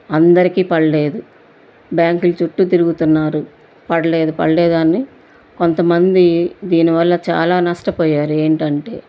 అందరికీ పడలేదు బ్యాంకులు చుట్టూ తిరుగుతున్నారు పడలేదు పడలేదు అని కొంతమంది దీనివల్ల చాలా నష్టపోయారు ఏంటంటే